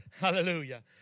Hallelujah